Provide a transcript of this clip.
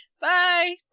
Bye